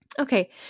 Okay